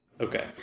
Okay